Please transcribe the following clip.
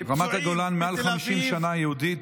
רמת הגולן מעל מ-50 שנה היא יהודית,